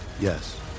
Yes